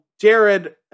Jared